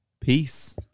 Peace